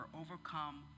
overcome